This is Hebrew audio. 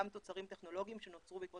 גם תוצרים טכנולוגיים שנוצרו בעקבות